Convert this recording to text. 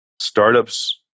Startups